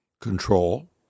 Control